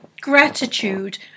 gratitude